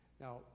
Now